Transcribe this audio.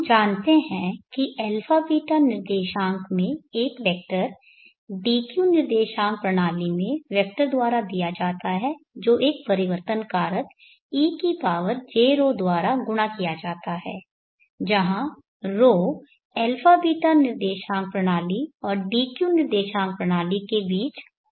हम जानते हैं कि αβ निर्देशांक में एक वेक्टर dq निर्देशांक प्रणाली में वेक्टर द्वारा दिया जाता है जो एक परिवर्तन कारक ej𝜌 द्वारा गुणा किया जाता है जहां 𝜌 αβ निर्देशांक प्रणाली और dq निर्देशांक प्रणाली के बीच कोण होता है